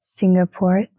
Singapore